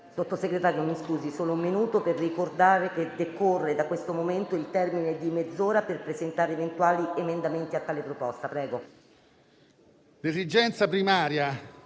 Sottosegretario, la interrompo per ricordare che decorre da questo momento il termine di mezz'ora per presentare eventuali emendamenti a tale proposta.